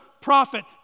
prophet